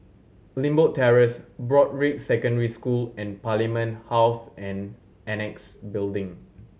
Limbok Terrace Broadrick Secondary School and Parliament House and Annexe Building